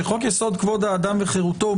שחוק-יסוד: כבוד האדם וחירותו,